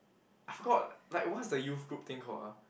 I forgot like what's the youth group thing called ah